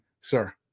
sir